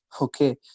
Okay